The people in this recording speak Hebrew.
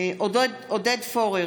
עוד פורר,